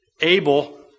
Abel